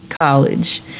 college